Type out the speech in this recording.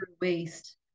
waste